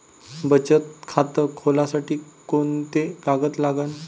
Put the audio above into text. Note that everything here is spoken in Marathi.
बचत खात खोलासाठी कोंते कागद लागन?